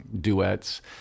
duets